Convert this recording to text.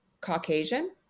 Caucasian